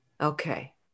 Okay